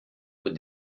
with